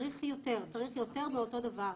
צריך יותר באותו דבר.